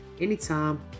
anytime